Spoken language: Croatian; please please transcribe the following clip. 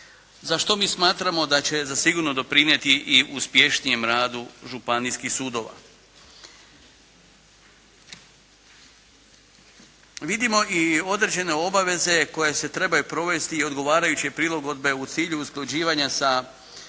za što mi smatramo da će sigurno doprinijeti i uspješnijem radu županijskih sudova. Vidimo i određene obaveze koje se trebaju provesti i odgovarajuće prilagodbe u cilju usklađivanja sa